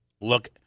Look